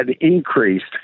increased